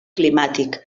climàtic